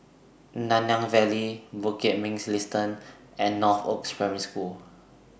Nanyang Valley Bukit Mugliston and Northoaks Primary School